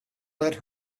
let